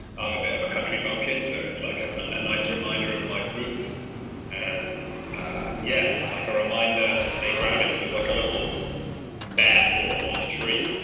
a bit of a country bumpkin so it's like and a nice reminder of my roots and yeah, like a reminder to stay grounded. so there's like a little bearpaw on the tree